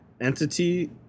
Entity